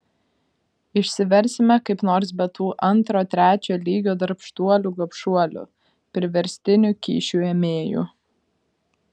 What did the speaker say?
išsiversime kaip nors be tų antro trečio lygio darbštuolių gobšuolių priverstinių kyšių ėmėjų